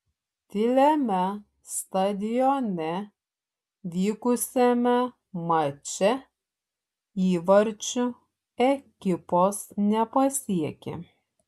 tyliame stadione vykusiame mače įvarčių ekipos nepasiekė